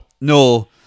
No